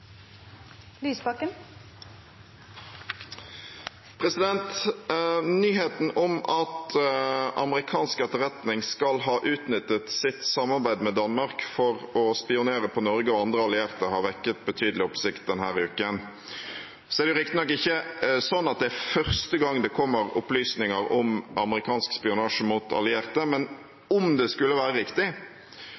Nyheten om at amerikansk etterretning skal ha utnyttet sitt samarbeid med Danmark for å spionere på Norge og andre allierte, har vekket betydelig oppsikt denne uken. Så er det riktignok ikke sånn at det er første gang det kommer opplysninger om amerikansk spionasje mot allierte, men